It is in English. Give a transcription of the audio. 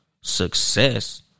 success